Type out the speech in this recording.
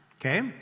Okay